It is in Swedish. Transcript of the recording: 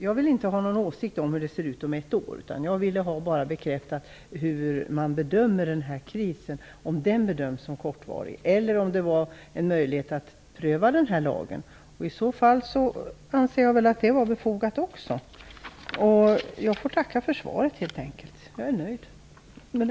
Jag ville inte veta hur det anses se ut om ett år, utan jag ville bara få bekräftat hur den här krisen bedöms - om den bedöms som kortvarig eller om en möjlighet är att pröva den här lagen. I så fall anser jag väl att också det är befogat. Jag tackar än en gång för svaret, som jag alltså är nöjd med.